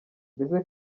mbese